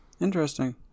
Interesting